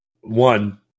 one